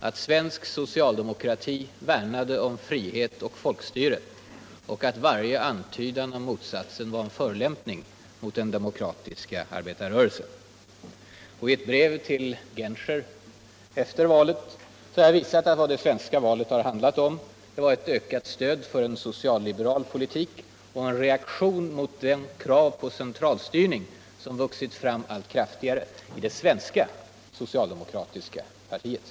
att svensk soctaldemokrati värnade om frihet och fölkstyre och att varje antydan om motsatsen var en förolämpning mot den demokratiska arbetarrörelsen. Och i ett brev ull Genscher efter valet har jag visat att vud det svenska valet har handlat om är eu ökut stöd för en socialliberal politik och en reakvion mot det krav på centralstyrning som vuxit fram allt kraftigare i det svenska socialdemokratiska partiet.